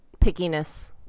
pickiness